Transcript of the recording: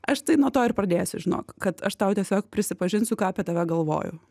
aš tai nuo to ir pradėsiu žinok kad aš tau tiesiog prisipažinsiu ką apie tave galvoju